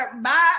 bye